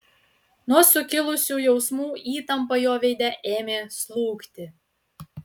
nuo sukilusių jausmų įtampa jo veide ėmė slūgti